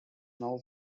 now